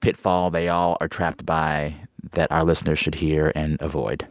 pitfall they all are trapped by that our listeners should hear and avoid?